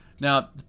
Now